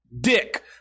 dick